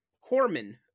Corman